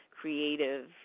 creative